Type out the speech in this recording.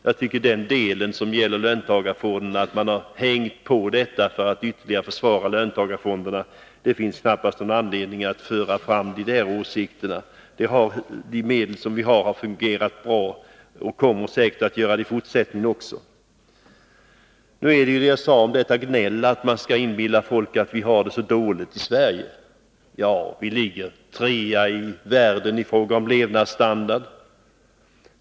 Jag tycker att man här har hängt på den delen som gäller löntagarfonderna för att ytterligare försvara dem. Det finns knappast någon anledning att föra fram de där åsikterna. De medel vi har har fungerat bra och kommer säkert att göra det i fortsättningen också. Så är det detta gnäll, att man skall inbilla folk att vi har det så dåligt i Sverige. Ja, vi ligger trea i världen i fråga om levnadsstandard.